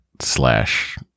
slash